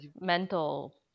mental